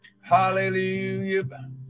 Hallelujah